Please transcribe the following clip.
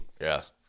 Yes